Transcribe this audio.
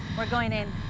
we're going in.